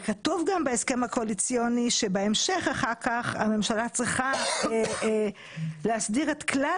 עוד כתוב בהסכם הקואליציוני שבהמשך הממשלה צריכה להסדיר את כלל